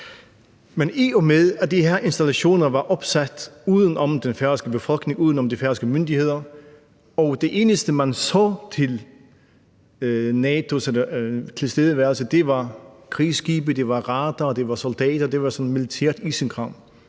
Men i og med at de her institutioner var opsat uden om den færøske befolkning og de færøske myndigheder, og det eneste, man så til NATO's tilstedeværelse, var krigsskibe, radarer, soldater og militært isenkram,